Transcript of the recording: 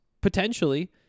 Potentially